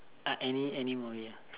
uh any any movie ya